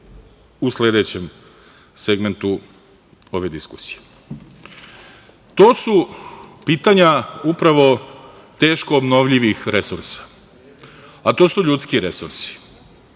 u sledećem segmentu ove diskusije. To su pitanja teško obnovljivih resursa, a to su ljudski resursi.